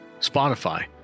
Spotify